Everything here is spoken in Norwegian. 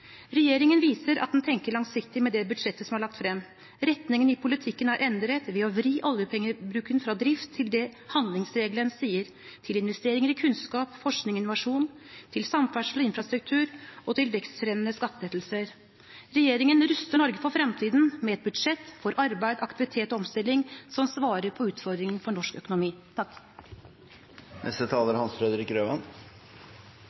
Regjeringen viser at den tenker langsiktig med budsjettet som er lagt frem. Retningen i politikken er endret ved å vri oljepengebruken fra drift til det handlingsregelen sier: til investeringer i kunnskap, forskning og innovasjon, til samferdsel og infrastruktur og til vekstfremmende skattelettelser. Regjeringen ruster Norge for fremtiden med et budsjett for arbeid, aktivitet og omstilling, som svarer på utfordringene for norsk økonomi. Vi i Kristelig Folkeparti er